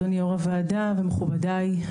אדוני יו"ר הוועדה ומכובדי.